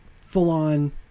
full-on